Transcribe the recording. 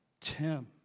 Tim